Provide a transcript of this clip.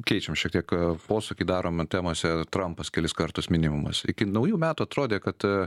keičiam šitiek posūkį darom temose trampas kelis kartus minimumas iki naujų metų atrodė kad